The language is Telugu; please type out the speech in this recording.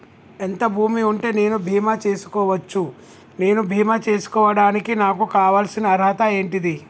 ఎంత భూమి ఉంటే నేను బీమా చేసుకోవచ్చు? నేను బీమా చేసుకోవడానికి నాకు కావాల్సిన అర్హత ఏంటిది?